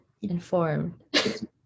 informed